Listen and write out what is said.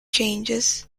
changes